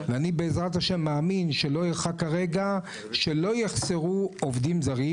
ואני בעזרת השם מאמין שלא ירחק הרגע שלא יחסרו עובדים זרים,